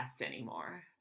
anymore